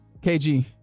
KG